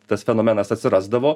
tas fenomenas atsirasdavo